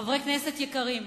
חברי כנסת יקרים,